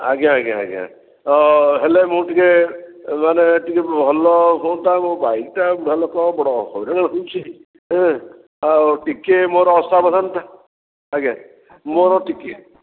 ଆଜ୍ଞା ଆଜ୍ଞା ହଁ ହେଲେ ମୁଁ ଟିକେ ମାନେ ଟିକେ ଭଲ ହୁଅନ୍ତା ମୋ ବାଇକ୍ଟା ବୁଢ଼ା ଲୋକ ବଡ଼ ହଇରାଣ ହେଉଛି ଏଁ ଆଉ ଟିକେ ମୋର ଅସାବଧାନତା ଆଜ୍ଞା ମୋର ଟିକେ